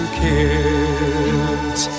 kids